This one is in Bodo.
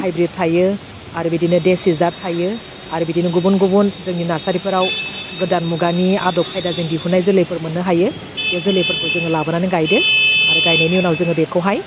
हाइब्रिद थायो आरो बिदिनो देसि जात थायो आरो बिदिनो गुबुन गुबुन जोंनि नारसारिफोराव गोदान मुगानि आदब खायदाजों दिहुननाय जोलैफोर मोननो हायो बे जोलैफोरखौ जोङो लाबोनानै गायदो आरो गायनायनि उनाव जोङो बेखौहाय